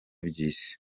by’isi